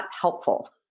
helpful